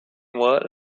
mois